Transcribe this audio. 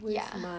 ya